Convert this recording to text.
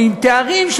ועם תארים,